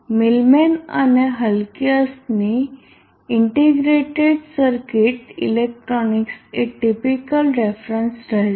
Millman અને હલકીઅસની integrated circuit electronics એ ટીપીકલ રેફરન્સ રહેશે